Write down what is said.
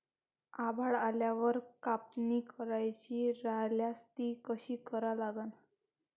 आभाळ आल्यावर कापनी करायची राह्यल्यास ती कशी करा लागन?